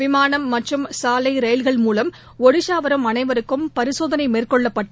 விமானம் மற்றும் சாலை ரயில்கள் மூலம் ஒடஸாவரும் அனைவருக்கும் பரிசோதனைமேற்கொள்ளப்பட்டு